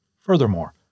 Furthermore